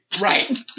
Right